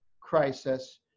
crisis